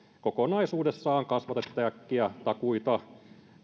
kokonaisuudessaan kasvatatte äkkiä takuita